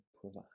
provide